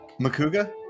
Makuga